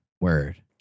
Word